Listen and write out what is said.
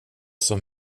som